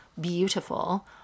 Beautiful